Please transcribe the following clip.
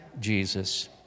Jesus